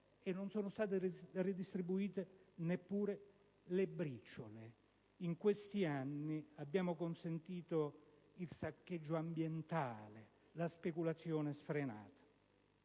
Non sono state redistribuite neppure le briciole. In questi anni abbiamo consentito il saccheggio ambientale e la speculazione sfrenata.